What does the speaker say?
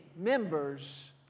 members